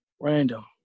Random